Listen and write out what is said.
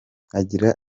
agira